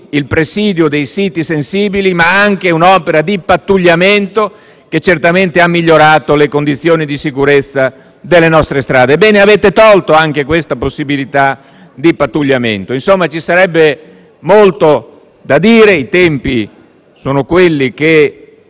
il presidio dei siti sensibili, ma anche un'opera di pattugliamento che certamente ha migliorato le condizioni di sicurezza delle nostre strade. Avete tolto anche questa possibilità di pattugliamento. Insomma, ci sarebbe molto da dire, ma i tempi sono quelli che